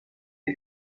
der